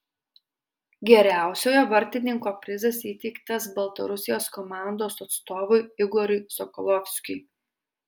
geriausiojo vartininko prizas įteiktas baltarusijos komandos atstovui igoriui sokolovskiui